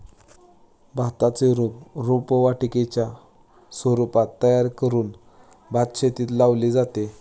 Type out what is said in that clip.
भाताचे रोप रोपवाटिकेच्या स्वरूपात तयार करून भातशेतीत लावले जाते